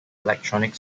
electronic